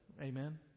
Amen